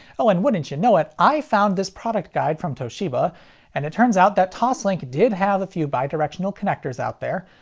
oh, and wouldn't ya know it, i found this product guide from toshiba and it turns out that toslink did have a few bidirectional connectors out there.